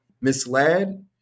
misled